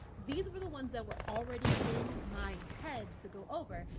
these were the ones that were already in my head to go over.